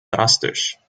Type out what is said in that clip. drastisch